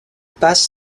passe